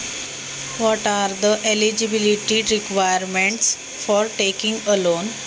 कर्ज घेण्यासाठी काय पात्रता पाहिजे?